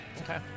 Okay